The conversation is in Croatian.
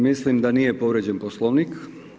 Mislim da nije povrijeđen Poslovnik.